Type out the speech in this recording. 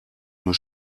nur